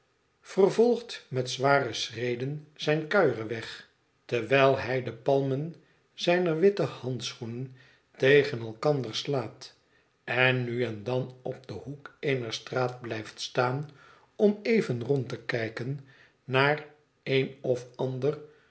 vervolgt met zware schreden zijn kuierweg terwijl hij de palmen zijner witte handschoenen tegen elkander slaat en nu en dan op den hoek eener straat blijft staan om even rond te kijken naar het een of ander